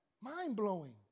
Mind-blowing